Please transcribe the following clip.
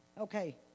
okay